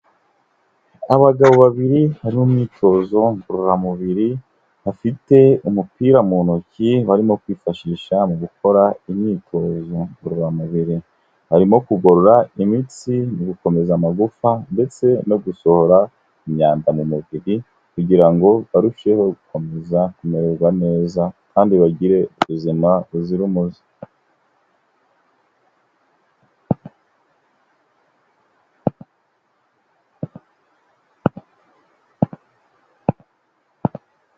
Abagabo babiri hari imyitozo ngororamubiri bafite umupira mu ntoki barimo kwifashisha mu gukora imyitozo ngororamubiri. Harimo kugorora imitsi mu gukomeza amagufa ndetse no gusohora imyanda mu mubiri kugira ngo barusheho gukomeza kumererwa neza kandi bagire ubuzima buzira umuze.